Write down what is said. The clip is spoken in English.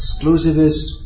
exclusivist